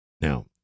Now